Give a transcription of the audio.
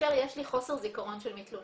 כאשר יש לי חוסר זיכרון של מתלוננת.